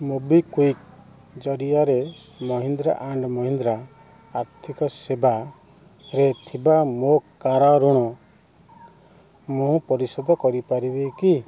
MobiKwik ଜରିଆରେ Mahindra and Mahindra ଆର୍ଥିକ ସେବାରେ ଥିବା ମୋ କାର୍ ଋଣ ମୁଁ ପରିଶୋଧ କରିପାରିବି କି